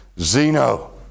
Zeno